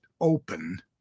open